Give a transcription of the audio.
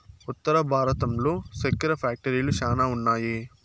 ఉత్తర భారతంలో సెక్కెర ఫ్యాక్టరీలు శ్యానా ఉన్నాయి